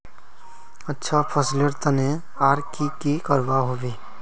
अच्छा फसलेर तने आर की की करवा होबे?